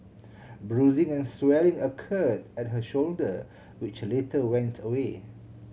bruising and swelling occurred at her shoulder which later went away